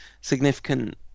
significant